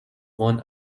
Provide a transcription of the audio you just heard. one